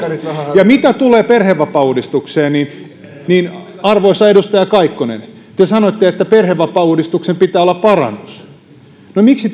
ja mitä tulee perhevapaauudistukseen niin niin arvoisa edustaja kaikkonen te sanoitte että perhevapaauudistuksen pitää olla parannus no miksi